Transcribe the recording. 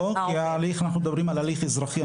לא, כי אנחנו מדברים על הליך אזרחי.